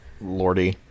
lordy